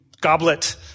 goblet